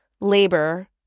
labor